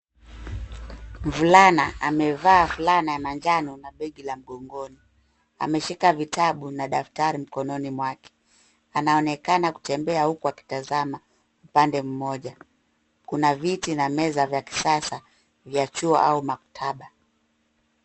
Mvulana amevaa fulana ya njano na begi la mgongoni. Ameshika vitabu na daftari mkononi mwake. Anaonekana kutembea huku akitazama upande mmoja. Kuna viti na meza za kisasa vya chuo au maktaba.